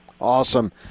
Awesome